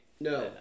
No